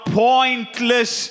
pointless